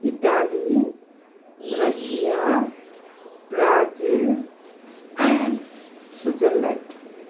Italy Russia Brazil Spain Switzerland